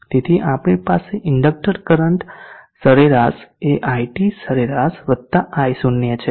તેથી આપણી પાસે ઇન્ડકટર કરંટ સરેરાશ એ iT સરેરાશ વતા i0 છે